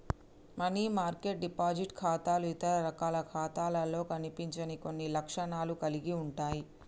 money market deposit ఖాతాలు ఇతర రకాల ఖాతాలలో కనిపించని కొన్ని లక్షణాలను కలిగి ఉంటయ్